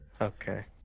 Okay